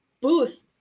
booth